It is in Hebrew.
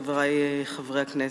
חברי חברי הכנסת,